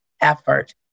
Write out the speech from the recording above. effort